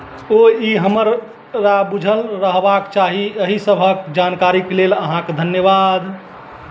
ओ ई हमरा बुझल रहबाक चाही एहि सभक जानकारीक लेल अहाँक धन्यवाद